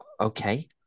Okay